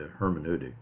hermeneutic